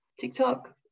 TikTok